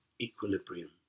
equilibrium